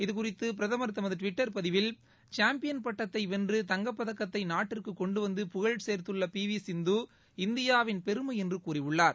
இதுகுறித்து பிரதமர் தமது டிவிட்டர் பதிவில் சாம்பியன் பட்டத்தை வென்று தங்கப்பதக்கத்தை நாட்டிற்கு கொண்டுவந்து புகழ் சேர்த்துள்ள பி வி சிந்து இந்தியாவின் பெருமை என்று கூறியுள்ளார்